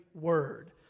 word